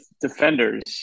Defenders